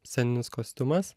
sceninis kostiumas